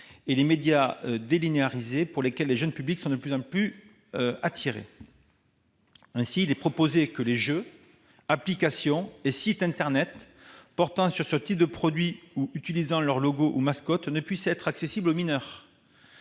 et les médias délinéarisés, par lesquels les jeunes publics sont de plus en plus attirés. Ainsi, il est proposé que les jeux, applications et sites internet portant sur ce type de produits ou utilisant leur logo ou mascotte ne puissent être accessibles aux mineurs.